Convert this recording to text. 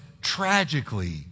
tragically